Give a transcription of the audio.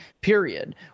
period